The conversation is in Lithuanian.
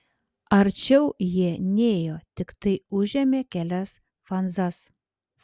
arčiau jie nėjo tiktai užėmė kelias fanzas